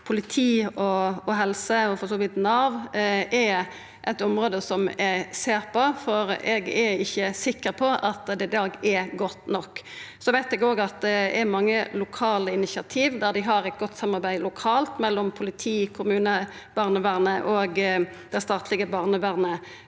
politi, helse og for så vidt Nav, er eit område som eg ser på, for eg er ikkje sikker på at det i dag er godt nok. Så veit eg at det er mange lokale initiativ der dei har eit godt samarbeid lokalt mellom politi, kommune, barnevernet og det statlege barnevernet,